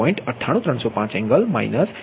98305 angle minus 1